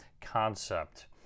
concept